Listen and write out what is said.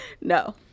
No